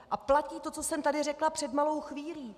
A platí to, co jsem tedy řekla před malou chvílí.